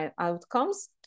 outcomes